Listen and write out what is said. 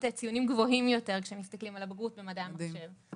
ציונים קצת יותר גבוהים כשמסתכלים על הבגרות במדעי המחשב.